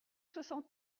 soixante